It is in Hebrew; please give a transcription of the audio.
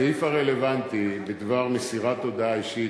הסעיף הרלוונטי בדבר מסירת הודעה אישית,